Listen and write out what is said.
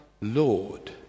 Lord